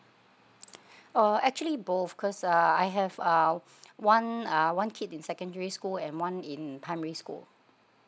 oh actually both cause uh I have a one uh one kid in secondary school and one in primary school